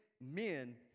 men